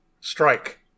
strike